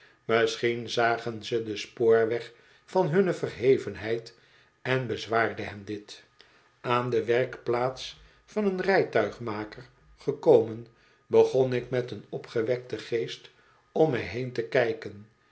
misschien zagen ze den spoorweg van hunne verhevenheid en bezwaarde hen dit aan de werkplaats van een rijtuigmaker gekomen begon ik met een opgewekten goest om me heen te kijken